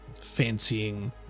fancying